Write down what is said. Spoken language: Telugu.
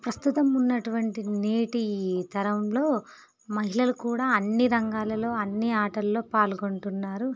ప్రస్తుతం ఉన్నటువంటి నేటి తరంలో మహిళలు కూడా అన్నీ రంగాలలో అన్నీ ఆటలలో పాల్గొంటున్నారు